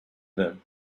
them